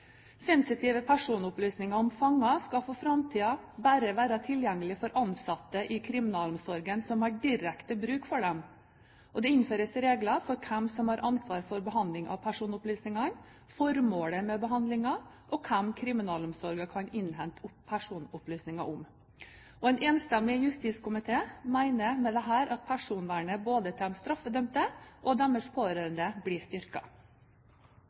Sensitive personopplysninger om fanger skal for framtiden bare være tilgjengelig for ansatte i kriminalomsorgen som har direkte bruk for dem. Det innføres regler for hvem som har ansvaret for behandling av personopplysninger, formålet med behandlingen og hvem kriminalomsorgen kan innhente personopplysninger om. En enstemmig justiskomité mener med dette at personvernet både til de straffedømte og deres pårørende blir